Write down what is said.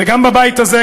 וגם בבית הזה,